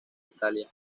italia